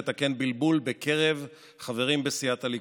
לתקן בלבול בקרב חברים בסיעת הליכוד.